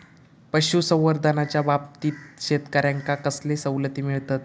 पशुसंवर्धनाच्याबाबतीत शेतकऱ्यांका कसले सवलती मिळतत?